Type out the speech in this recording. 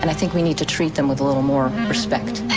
and think we need to treat them with a little more respect.